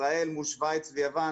ישראל מול שווייץ ויוון,